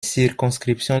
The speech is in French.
circonscriptions